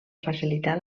facilitar